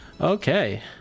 okay